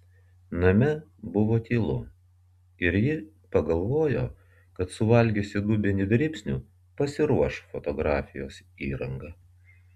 name buvo tylu ir ji pagalvojo kad suvalgiusi dubenį dribsnių pasiruoš fotografijos įrangą